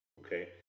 Okay